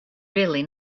really